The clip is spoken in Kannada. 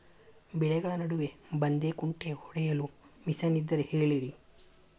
ಬೆಳೆಗಳ ನಡುವೆ ಬದೆಕುಂಟೆ ಹೊಡೆಯಲು ಮಿಷನ್ ಇದ್ದರೆ ಹೇಳಿರಿ